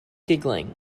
giggling